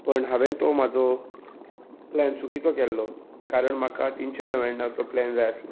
पण हांवेंन तो म्हाजो प्लॅन चुकिचो केल्लो कारण म्हाका तिनशे णव्याण्णवचो प्लॅन जाय आसलो